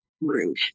rude